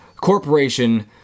Corporation